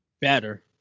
better